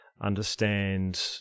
understand